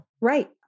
Right